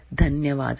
ಧನ್ಯವಾದಗಳು